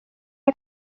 are